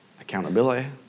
Accountability